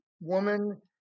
woman